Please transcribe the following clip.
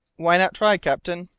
why not try, captain?